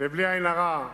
ובלי עין הרע,